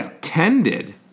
tended